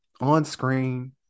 on-screen